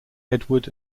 edward